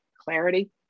Clarity